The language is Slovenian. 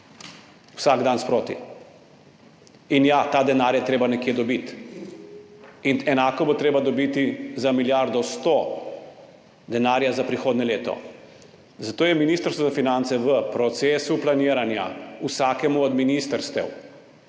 vsak dan sproti. In ja, ta denar je treba od nekod dobiti. Enako bo treba dobiti za milijardo 100 denarja za prihodnje leto. Zato je ministrstvo za finance v procesu planiranja vsakemu od ministrstev,